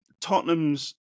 Tottenham's